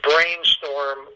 brainstorm